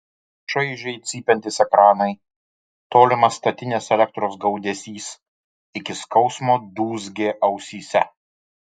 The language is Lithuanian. šaižiai cypiantys ekranai tolimas statinės elektros gaudesys iki skausmo dūzgė ausyse